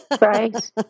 Right